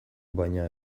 baina